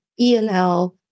ENL